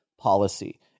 policy